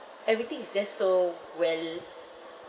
everything is just so well